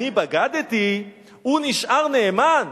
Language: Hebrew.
אני בגדתי, הוא נשאר נאמן.